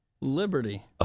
Liberty